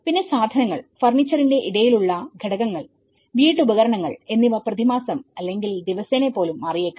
പിന്നെ സാധനങ്ങൾ ഫർണിച്ചറിന്റെ ഇടയിൽ ഉള്ള ഘടകങ്ങൾവീട്ടുപകരണങ്ങൾ എന്നിവ പ്രതിമാസം അല്ലെങ്കിൽ ദിവസേന പോലും മാറിയേക്കാം